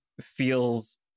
feels